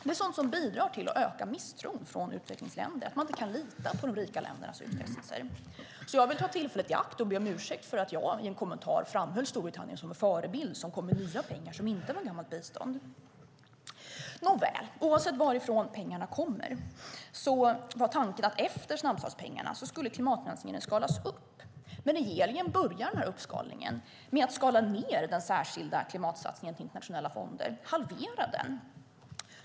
Att man inte kan lita på de rika ländernas utfästelser är sådant som bidrar till att öka misstron från utvecklingsländerna. Jag vill därför ta tillfället i akt och be om ursäkt för att jag i en kommentar framhöll Storbritannien som en förebild som kom med nya pengar som inte var gammalt bistånd. Nåväl, oavsett varifrån pengarna kommer var tanken att klimatfinansieringen skulle skalas upp efter snabbstartspengarna. Men regeringen börjar denna uppskalning med att skala ned den särskilda klimatsatsningen till internationella fonder - halvera den.